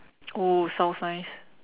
oh sounds nice